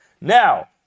now